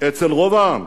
אצל רוב העם,